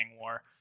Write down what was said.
war